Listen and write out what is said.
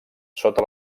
sota